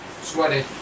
Sweaty